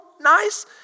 nice